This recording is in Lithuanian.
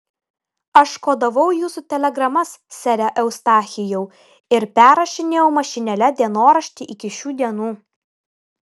aš kodavau jūsų telegramas sere eustachijau ir perrašinėjau mašinėle dienoraštį iki šių dienų